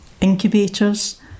Incubators